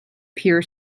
peer